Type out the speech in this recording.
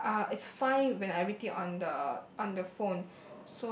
but uh it's fine when I read it on the on the phone